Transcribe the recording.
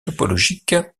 topologique